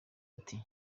ati